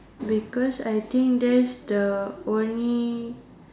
because I think that's the only